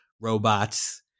robots